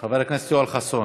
חבר הכנסת יואל חסון,